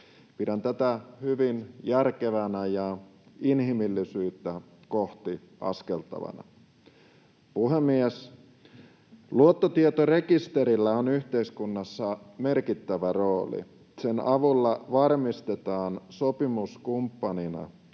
Pidän tätä hyvin järkevänä ja inhimillisyyttä kohti askeltavana. Puhemies! Luottotietorekisterillä on yhteiskunnassa merkittävä rooli. Sen avulla varmistetaan sopimuskumppanina